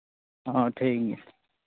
ᱦᱮᱸ ᱴᱷᱤᱠ ᱜᱮᱭᱟ